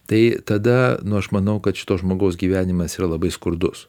tai tada nu aš manau kad šito žmogaus gyvenimas yra labai skurdus